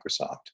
Microsoft